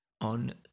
on